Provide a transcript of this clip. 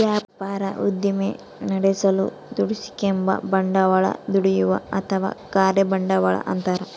ವ್ಯಾಪಾರ ಉದ್ದಿಮೆ ನಡೆಸಲು ದುಡಿಸಿಕೆಂಬ ಬಂಡವಾಳ ದುಡಿಯುವ ಅಥವಾ ಕಾರ್ಯ ಬಂಡವಾಳ ಅಂತಾರ